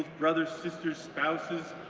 brothers, sisters, spouses,